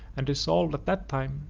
and resolved, at that time,